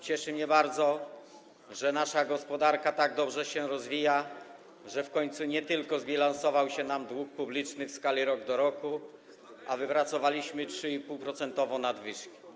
Cieszy mnie bardzo, że nasza gospodarka tak dobrze się rozwija, że w końcu nie tylko zbilansował się nam dług publiczny w skali rok do roku, ale i wypracowaliśmy 3,5-procentową nadwyżkę.